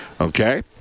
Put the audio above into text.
Okay